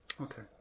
okay